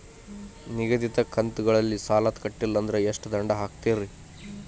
ನಿಗದಿತ ಕಂತ್ ಗಳಲ್ಲಿ ಸಾಲ ಕಟ್ಲಿಲ್ಲ ಅಂದ್ರ ಎಷ್ಟ ದಂಡ ಹಾಕ್ತೇರಿ?